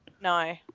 No